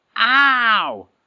Ow